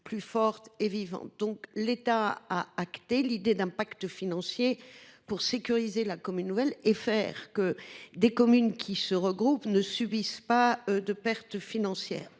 plus forte et vivante. L’État a acté l’idée d’un pacte financier pour sécuriser la commune nouvelle et faire en sorte que des communes qui se regroupent ne subissent pas de pertes financières.